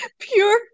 pure